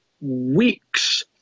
weeks